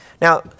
Now